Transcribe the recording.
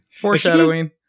Foreshadowing